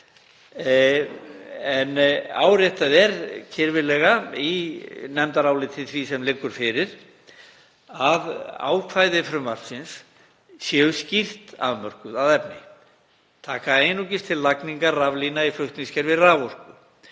en áréttað er kirfilega í nefndaráliti því sem liggur fyrir að ákvæði frumvarpsins séu skýrt afmörkuð að efni, taki einungis til lagningar raflína í flutningskerfi raforku.